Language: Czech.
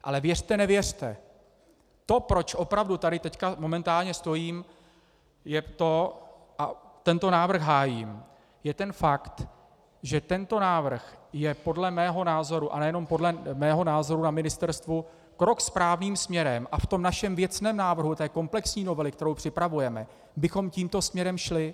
Ale věřte nevěřte, to, proč opravdu tady teď momentálně stojím a hájím tento návrh, je fakt, že tento návrh je podle mého názoru, a nejenom podle mého názoru na ministerstvu, krok správným směrem a v našem věcném návrhu komplexní novely, kterou připravuje, bychom tímto směrem šli.